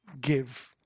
give